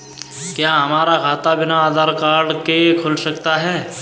क्या हमारा खाता बिना आधार कार्ड के खुल सकता है?